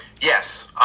Yes